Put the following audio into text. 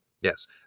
yes